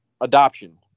adoption